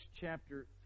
chapter